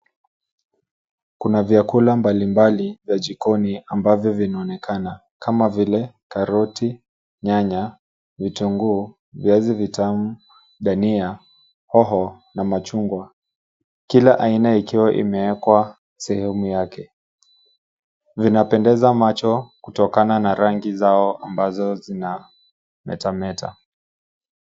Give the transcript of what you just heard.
Kuna vyakula mbali mbali vya jikoni ambavyo vinaonekana, kama vile karoti, nyanya, vitunguu, viazi vitamu, dhania, hoho na machungwa. Kila aina ikiwa imewekwa sehemu yake. Vinapendeza macho kutokana na rangi zao ambazo zina meta meta.